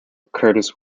curtiss